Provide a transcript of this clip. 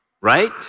right